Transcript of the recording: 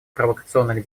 провокационных